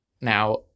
Now